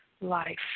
life